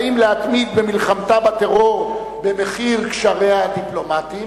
האם להתמיד במלחמתה בטרור במחיר קשריה הדיפלומטיים?